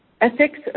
ethics